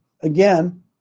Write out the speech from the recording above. again